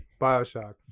bioshock